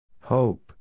Hope